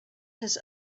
his